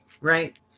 Right